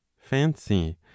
fancy